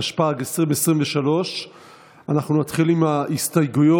התשפ"ג 2023. אנחנו נתחיל עם ההסתייגויות.